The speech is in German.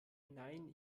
nein